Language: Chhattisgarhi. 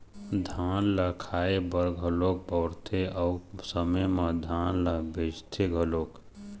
धान ल खाए बर घलोक बउरथे अउ समे म धान ल बेचथे घलोक